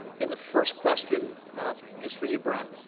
and the first question is for you, brent.